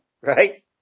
Right